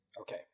Okay